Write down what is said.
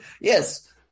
Yes